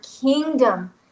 kingdom